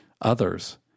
others